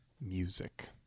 music